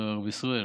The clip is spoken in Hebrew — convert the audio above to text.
אמר לו: רבי ישראל,